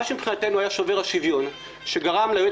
מה שמבחינתנו היה שובר השוויון שגרם ליועץ